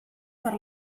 per